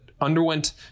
underwent